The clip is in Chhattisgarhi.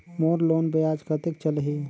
मोर लोन ब्याज कतेक चलही?